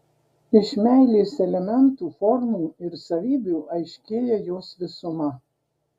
iš meilės elementų formų ir savybių aiškėja jos visuma